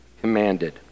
commanded